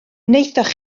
wnaethoch